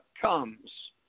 comes